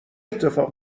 اتفاق